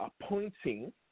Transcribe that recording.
appointing